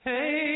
Hey